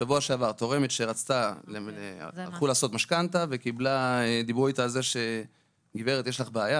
בשבוע שעבר תורמת שהלכה לעשות משכנתה דיברו איתה על זה שיש לה בעיה,